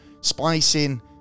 splicing